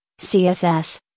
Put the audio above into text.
CSS